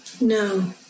No